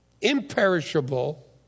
Imperishable